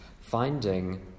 Finding